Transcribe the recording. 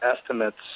estimates